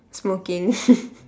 smoking